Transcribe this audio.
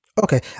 Okay